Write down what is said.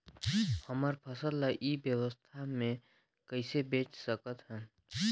हमर फसल ल ई व्यवसाय मे कइसे बेच सकत हन?